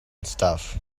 stuff